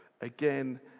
again